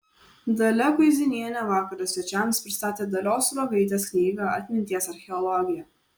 dalia kuizinienė vakaro svečiams pristatė dalios sruogaitės knygą atminties archeologija